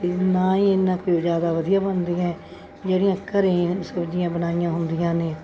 ਅਤੇ ਨਾ ਹੀ ਇੰਨਾ ਕੁ ਜ਼ਿਆਦਾ ਵਧੀਆ ਬਣਦੀਆਂ ਹੈ ਜਿਹੜੀਆਂ ਘਰ ਸਬਜ਼ੀਆਂ ਬਣਾਈਆਂ ਹੁੰਦੀਆਂ ਨੇ